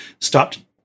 stopped